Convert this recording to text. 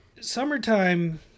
summertime